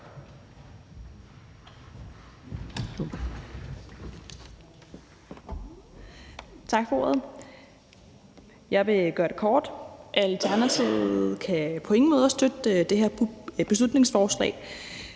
Tak for ordet. Jeg vil gøre det kort. Alternativet kan på ingen måde støtte det her beslutningsforslag.